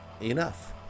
Enough